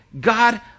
God